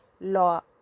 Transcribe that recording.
law